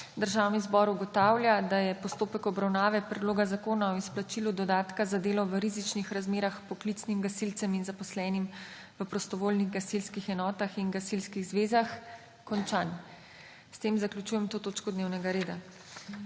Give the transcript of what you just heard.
Državni zbor ugotavlja, da je postopek obravnave Predloga zakona o izplačilu dodatka za delo v različnih razmerah poklicnim gasilcem in zaposlenim v prostovoljnih gasilskih enotah in gasilskih zvezah končan.–––––– S tem zaključujem to točko dnevnega reda.